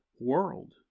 world